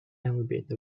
albeit